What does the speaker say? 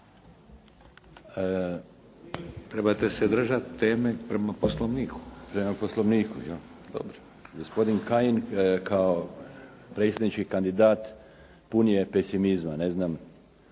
Trebate se držati teme prema Poslovniku.